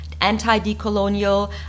anti-decolonial